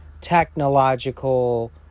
technological